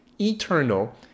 eternal